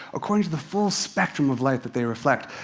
according to the full spectrum of light that they reflect.